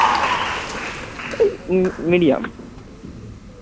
এই মিডিয়াম